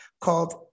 called